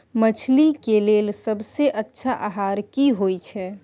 मछली के लेल सबसे अच्छा आहार की होय छै?